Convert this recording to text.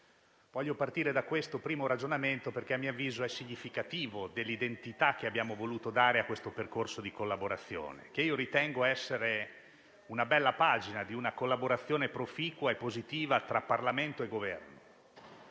Toffanin ha appena svolto, perché, a mio avviso, è significativo dell'identità che abbiamo voluto dare a tale percorso di collaborazione che ritengo essere una bella pagina di collaborazione proficua e positiva tra Parlamento e Governo.